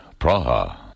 Praha